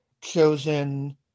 chosen